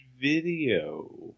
Video